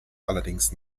allerdings